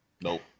nope